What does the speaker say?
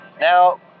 Now